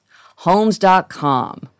Homes.com